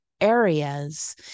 areas